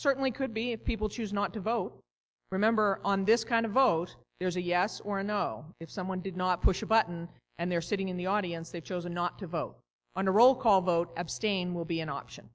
certainly could be if people choose not to vote remember on this kind of vote there's a yes or no if someone did not push a button and they're sitting in the audience they've chosen not to vote on a roll call vote abstain will be an option